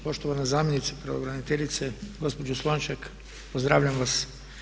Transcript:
Poštovana zamjenice pravobraniteljice, gospođo Slonjšak pozdravljam vas.